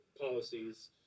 policies